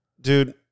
Dude